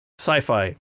sci-fi